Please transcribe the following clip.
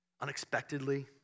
unexpectedly